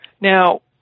Now